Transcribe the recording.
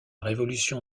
révolution